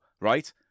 right